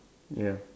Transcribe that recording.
ya